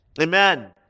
Amen